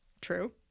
true